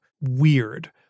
weird